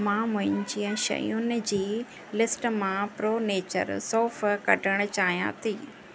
मां मुंहिंजी शयुनि जी लिस्ट मां प्रो नेचर सौंफु़ कढण चाहियां थी